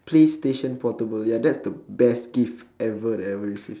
playstation portable ya that's the best gift ever that I ever received